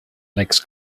legs